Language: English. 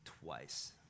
twice